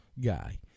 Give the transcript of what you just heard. guy